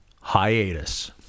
hiatus